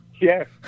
Yes